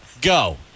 Go